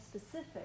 specific